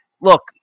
look